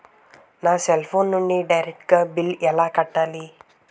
నా cell phone నుంచి డైరెక్ట్ గా బిల్లు ఎలా కట్టాలి?